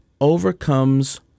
overcomes